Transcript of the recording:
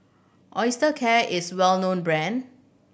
Osteocare is well known brand